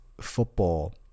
football